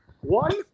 one